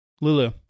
Lulu